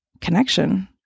connection